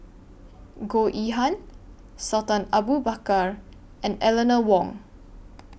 Goh Yihan Sultan Abu Bakar and Eleanor Wong